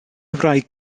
wraig